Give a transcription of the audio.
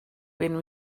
when